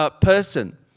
person